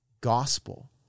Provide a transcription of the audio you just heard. gospel